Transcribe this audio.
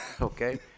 Okay